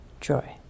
joy